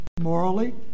morally